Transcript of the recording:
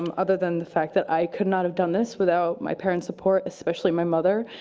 um other than the fact that i could not have done this without my parents' support, especially my mother,